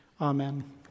Amen